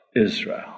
Israel